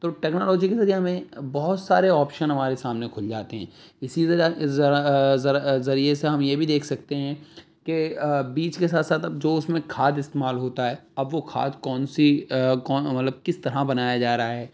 تو ٹیکنالوجی کے ذریعے ہمیں بہت سارے آپشن ہمارے سامنے کھل جاتے ہیں اسی طرح ذرا ذر ذریعے سے ہم یہ بھی دیکھ سکتے ہیں کہ بیج کے ساتھ ساتھ اب جو اس میں کھاد استعمال ہوتا ہے اب وہ کھاد کون سی کون مطلب کس طرح بنایا جا رہا ہے